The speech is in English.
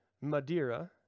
Madeira